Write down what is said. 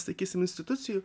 sakysim institucijų